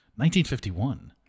1951